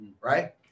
right